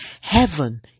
Heaven